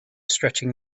stretching